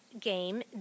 game